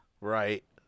Right